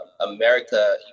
America